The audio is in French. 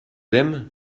aime